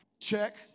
check